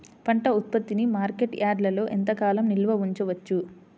పంట ఉత్పత్తిని మార్కెట్ యార్డ్లలో ఎంతకాలం నిల్వ ఉంచవచ్చు?